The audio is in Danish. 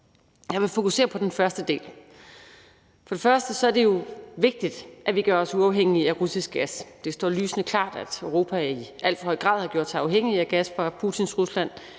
Jeg vil fokusere på den første del. For det første er det jo vigtigt, at vi gør os uafhængige af russisk gas. Det står lysende klart, at Europa i al for høj grad har gjort sig afhængig af gas fra Putins Rusland,